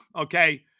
okay